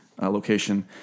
location